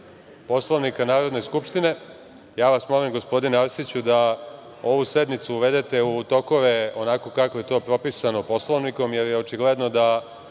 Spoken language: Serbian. Poslovnika Narodne skupštine. Ja vas molim gospodine Arsiću da ovu sednicu uvedete u tokove onako kako je to propisano Poslovnikom, jer je očigledno da